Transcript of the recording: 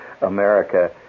America